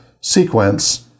sequence